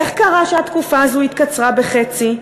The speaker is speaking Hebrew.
איך קרה שהתקופה הזו התקצרה בחצי?